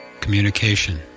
communication